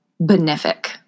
benefic